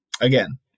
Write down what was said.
again